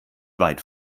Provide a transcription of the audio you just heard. weit